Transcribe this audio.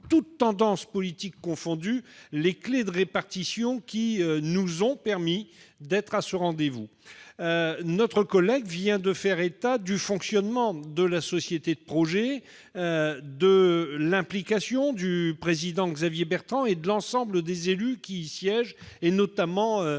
toutes tendances politiques confondues, les clefs de répartition qui nous ont permis d'être à ce rendez-vous. Oui ! De plus, M. Bascher vient de faire état du fonctionnement de la société de projet, de l'implication du président Xavier Bertrand et de l'ensemble des élus qui y siègent, notamment